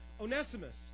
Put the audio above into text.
Onesimus